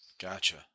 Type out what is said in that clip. Gotcha